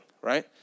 right